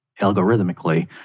algorithmically